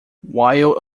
while